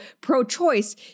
pro-choice